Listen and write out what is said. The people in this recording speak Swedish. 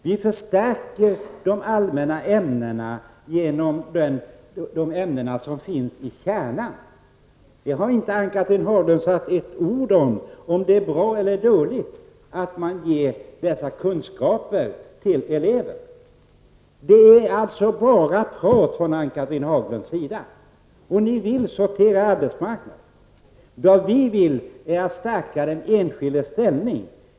Vi förstärker de allmänna ämnena genom de ämnen som finns i kärnan. Ann-Cathrine Haglund har inte sagt ett ord om detta och huruvida det är bra eller dåligt att man förmedlar dessa kunskaper till eleverna. Det är således bara prat från Ann-Cathrine Haglunds sida. Ni vill sortera upp arbetsmarknaden. Vi vill däremot stärka den enskildes ställning.